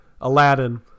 Aladdin